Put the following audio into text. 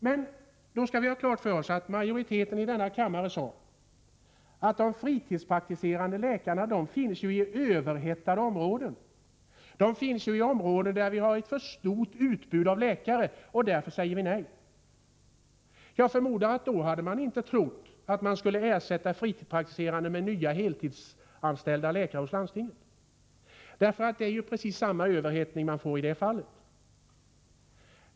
Vi skall emellertid ha klart för oss att majoriteten i denna kammare sade: De fritidspraktiserande läkarna finns i överhettade områden, i områden där vi har ett för stort utbud av läkare. Därför säger vi nej. Jag förmodar att man då inte trodde att man skulle ersätta fritidspraktiserande läkare med nya heltidsanställda läkare inom landstinget. Det är precis samma överhettning man får i det fallet.